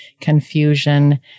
confusion